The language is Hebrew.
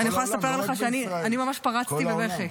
אני יכולה לספר לך שאני ממש פרצתי בבכי.